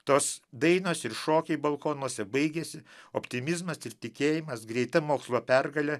tos dainos ir šokiai balkonuose baigėsi optimizmas ir tikėjimas greita mokslo pergale